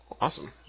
Awesome